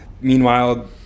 meanwhile